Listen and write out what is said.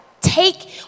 take